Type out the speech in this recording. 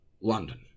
London